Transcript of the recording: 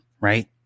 Right